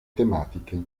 tematiche